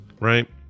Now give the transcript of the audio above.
right